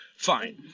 Fine